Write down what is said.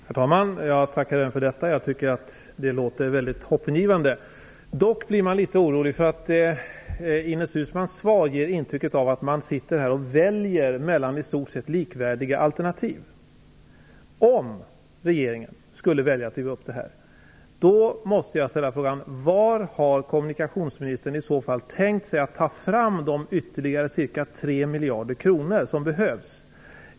Herr talman! Jag tackar även för detta. Jag tycker att det låter väldigt hoppingivande. Dock blir jag litet orolig, för Ines Uusmanns svar ger intrycket av att man väljer mellan i stort sett likvärdiga alternativ. Om regeringen skulle välja att riva upp avtalet, måste jag ställa frågan var kommunikationsministern i så fall har tänkt sig att ta fram de ytterligare ca 3 miljarder kr som behövs.